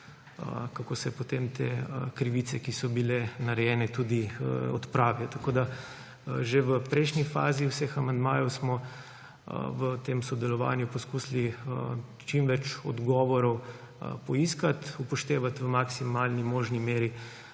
kako se potem te krivice, ki so bile narejene, tudi odpravijo. Že v prejšnji fazi vseh amandmajev smo v tem sodelovanju poskusili čim več odgovorov poiskati, upoštevati v maksimalni možni meri